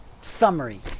summary